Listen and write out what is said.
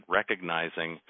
recognizing